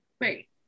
Great